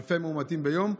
אלפי מאומתים ביום.